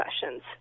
sessions